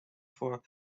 for